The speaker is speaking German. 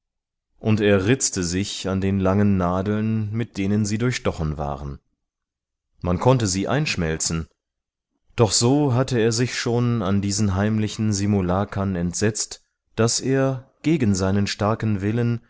und er ritzte sich an den langen nadeln mit denen sie durchstochen waren man konnte sie einschmelzen doch so hatte er sich schon an diesen heimlichen simulakern entsetzt daß er gegen seinen starken willen